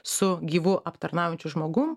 su gyvu aptarnaujančiu žmogum